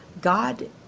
God